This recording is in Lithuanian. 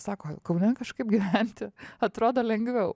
sako kaune kažkaip gyventi atrodo lengviau